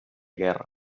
guerra